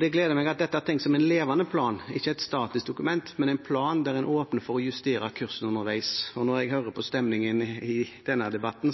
Det gleder meg at dette er tenkt som en levende plan og ikke som et statisk dokument – en plan der en åpner for å justere kursen underveis. Når jeg hører på stemningen i denne debatten,